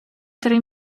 три